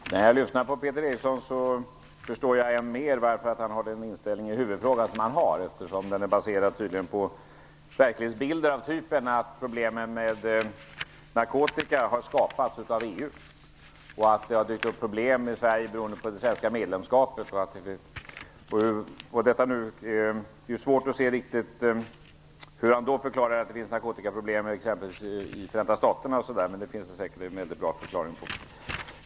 Herr talman! När jag lyssnar på Peter Eriksson förstår jag än mer varför han har den inställning i huvudfrågan som han har. Den är tydligen baserad på verklighetsbilder av den typen att problemen med narkotika har skapats av EU och att det har dykt upp problem i Sverige beroende på det svenska medlemskapet. Det är svårt att se riktigt hur han då förklarar att det finns narkotikaproblem exempelvis i Förenta staterna, men han har säkert en bra förklaring till det.